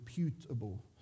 reputable